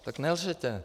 Tak nelžete.